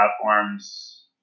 platforms